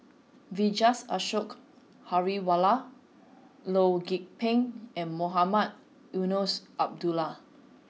Vijesh Ashok Ghariwala Loh Lik Peng and Mohamed Eunos Abdullah